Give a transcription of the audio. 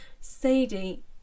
Sadie